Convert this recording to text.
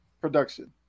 production